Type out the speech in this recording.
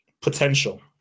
Potential